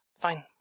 Fine